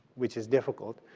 which is difficult,